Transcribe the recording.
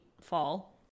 fall